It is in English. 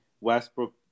Westbrook